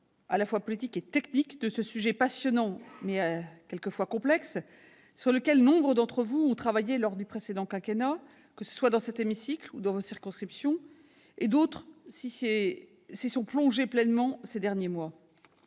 à la fois politique et technique de ce sujet passionnant, mais quelquefois complexe, sur lequel nombre d'entre vous ont travaillé lors du précédent quinquennat, que ce soit dans cet hémicycle ou dans vos circonscriptions, d'autres s'y étant plongés pleinement au cours des derniers mois.